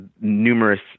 numerous